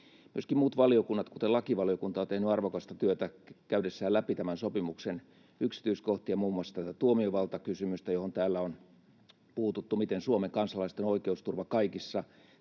Myöskin muut valiokunnat, kuten lakivaliokunta, ovat tehneet arvokasta työtä käydessään läpi tämän sopimuksen yksityiskohtia, muun muassa tätä tuomiovaltakysymystä, johon täällä on puututtu, eli sitä, miten Suomen kansalaisten oikeusturva hoidetaan